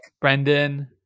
Brendan